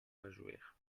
réjouir